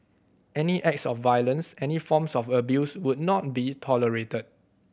any acts of violence any forms of abuse would not be tolerated